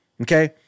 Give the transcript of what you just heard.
Okay